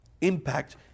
Impact